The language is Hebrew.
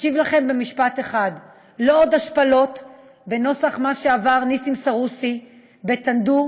אשיב לכם במשפט אחד: לא עוד השפלות בנוסח מה שעבר נסים סרוסי ב"טנדו",